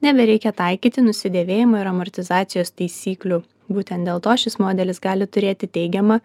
nebereikia taikyti nusidėvėjimo ir amortizacijos taisyklių būtent dėl to šis modelis gali turėti teigiamą